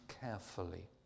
carefully